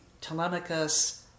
Telemachus